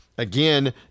Again